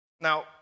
Now